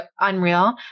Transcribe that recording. unreal